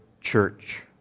church